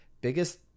biggest